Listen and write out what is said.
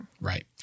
Right